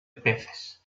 peces